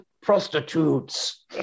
prostitutes